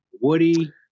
Woody